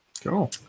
cool